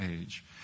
age